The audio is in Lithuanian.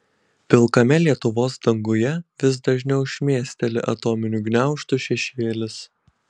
pilkame lietuvos danguje vis dažniau šmėsteli atominių gniaužtų šešėlis